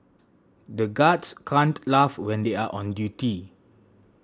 the guards can't laugh when they are on duty